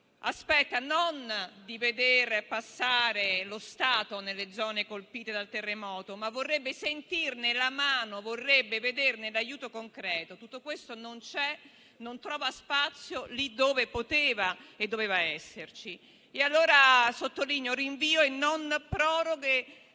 aspetta non di veder passare lo Stato nelle zone colpite dal terremoto, ma che vorrebbe sentirne la mano e vederne l'aiuto concreto. Tutto questo non c'è e non trova spazio lì dove poteva e doveva esserci. Sottolineo allora che